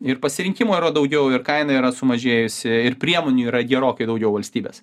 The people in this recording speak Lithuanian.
ir pasirinkimo yra daugiau ir kaina yra sumažėjusi ir priemonių yra gerokai daugiau valstybės